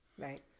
Right